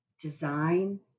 design